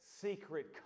secret